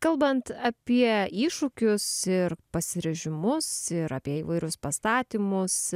kalbant apie iššūkius ir pasiryžimus ir apie įvairius pastatymus